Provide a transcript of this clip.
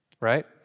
Right